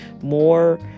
more